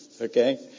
Okay